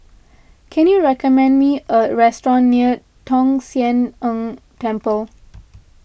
can you recommend me a restaurant near Tong Sian Tng Temple